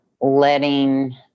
letting